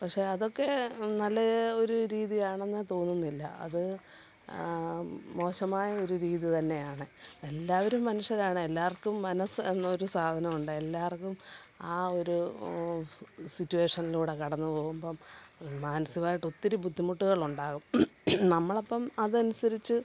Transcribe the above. പക്ഷേ അതൊക്കെ നല്ല ഒരു രീതിയാണെന്നു തോന്നുന്നില്ല അത് മോശമായ ഒരു രീതി തന്നെയാണ് എല്ലാവരും മനുഷ്യരാണ് എല്ലാർക്കും മനസ്സ് എന്നൊരു സാധനമുണ്ട് എല്ലാവർക്കും ആ ഒരു സിറ്റുവേഷനിലൂടെ കടന്നു പോകുമ്പോള് മാനസികമായിട്ടൊത്തിരി ബുദ്ധിമുട്ടുകളുണ്ടാകും നമ്മളപ്പോള് അതനുസരിച്ച്